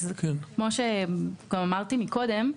כמו שאמרתי קודם,